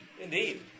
Indeed